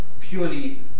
purely